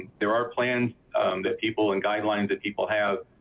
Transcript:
there are plans that people and guidelines that people have